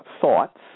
thoughts